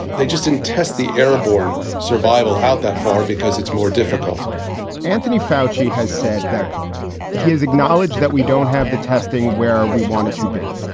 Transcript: they just didn't test the airborne survival out that far because it's more difficult anthony foushee has said that he has acknowledged that we don't have the testing where we want it to be.